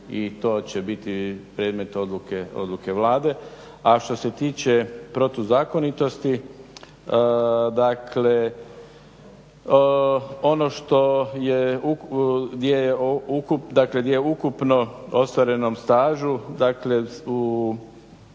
i to će biti predmet odluke Vlade. A što se tiče protuzakonitosti, dakle ono o ukupno ostvarenom stažu